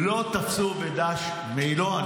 לא תפסו בדש מעילו.